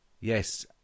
Yes